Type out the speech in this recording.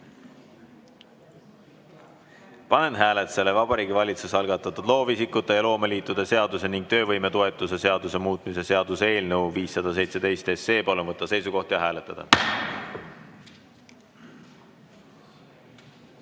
Tänan! Panen hääletusele Vabariigi Valitsuse algatatud loovisikute ja loomeliitude seaduse ning töövõimetoetuse seaduse muutmise seaduse eelnõu 517. Palun võtta seisukoht ja hääletada!